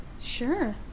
Sure